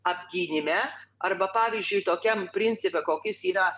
apgynime arba pavyzdžiui tokiam principe kokias yra